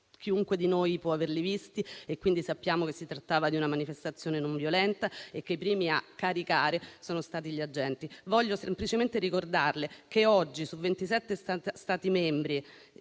chiunque di noi può averli visti, quindi sappiamo che si trattava di una manifestazione non violenta e che i primi a caricare sono stati gli agenti. Signor Ministro, voglio semplicemente ricordarle che oggi, su ventisette